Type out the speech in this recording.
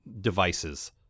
devices